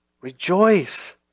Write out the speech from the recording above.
Rejoice